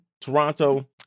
toronto